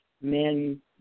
Men